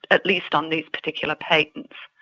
at least on these particular patents.